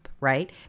Right